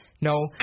No